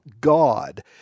God